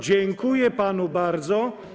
Dziękuję panu bardzo.